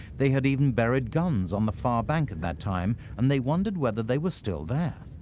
they had even buried guns on the far bank at that time and they wondered whether they were still there.